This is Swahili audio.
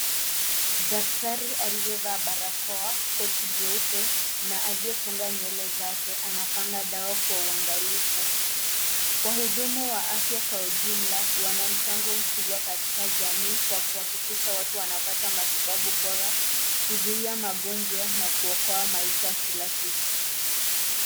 Daktari aliyevaa barakoa, koti jeupe na aliyefunga nywele zake anapanga dawa kwa uangalifu, wahudumu wa afya wa ujumla wana mchango katika jamii kwa kuhakikisha watu wanapata matibabu bora, kuzuia magonjwa na kuokoa maisha kila siku.